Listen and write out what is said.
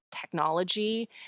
technology